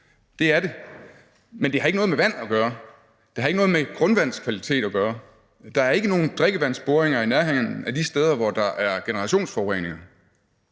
det er det, men det har ikke noget med vand at gøre. Det har ikke noget med grundvandets kvalitet at gøre. Der er ikke nogen drikkevandsboringer i nærheden af de steder, hvor der er generationsforureninger.